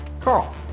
Carl